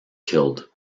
killed